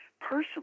personally